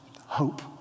hope